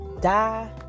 die